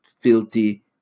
filthy